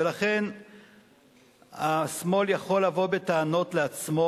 ולכן השמאל יכול לבוא בטענות לעצמו,